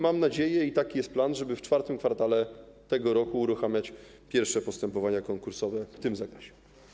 Mam nadzieję, i taki jest plan, że w IV kwartale tego roku uruchomimy pierwsze postępowania konkursowe w tym zakresie.